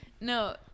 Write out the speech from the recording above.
No-